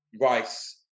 Rice